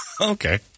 Okay